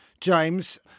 James